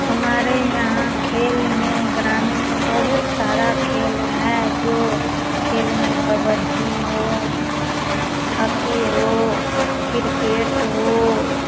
हमारे यहाँ खेल में ग्रामीण में बहुत सारा खेल है जो खेल में कबड्डी हो हकी हो क्रिकेट हो